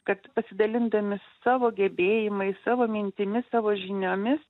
kad pasidalindami savo gebėjimais savo mintimis savo žiniomis